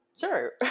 sure